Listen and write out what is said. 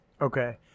Okay